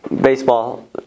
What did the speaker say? baseball